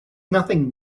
nothing